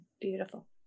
beautiful